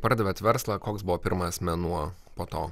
pardavėt verslą koks buvo pirmas mėnuo po to